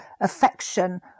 affection